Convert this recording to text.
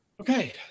okay